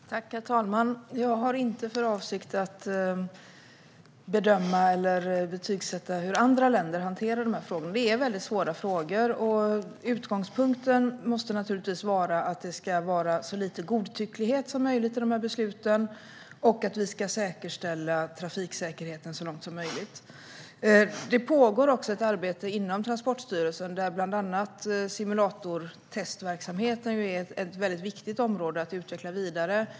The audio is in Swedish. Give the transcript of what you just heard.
Herr talman! Jag har inte för avsikt att bedöma eller betygsätta hur andra länder hanterar detta. Det är väldigt svåra frågor. Utgångspunkten måste naturligtvis vara att det ska vara så lite godtycklighet som möjligt i de här besluten och att trafiksäkerheten ska säkerställas så långt som möjligt. Det pågår ett arbete inom Transportstyrelsen, där bland annat simulatortestverksamheten är ett viktigt område att utveckla vidare.